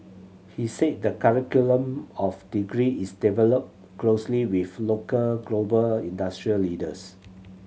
he said the curriculum of degree is developed closely with local global industry leaders